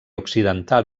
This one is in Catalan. occidental